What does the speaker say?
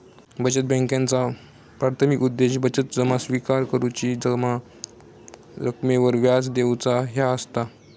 बचत बॅन्कांचा प्राथमिक उद्देश बचत जमा स्विकार करुची, जमा रकमेवर व्याज देऊचा ह्या असता